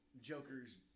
Joker's